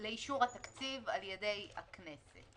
לאישור התקציב על ידי הכנסת.